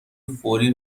فوری